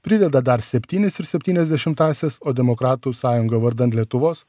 prideda dar septynis ir septynias dešimtąsias o demokratų sąjunga vardan lietuvos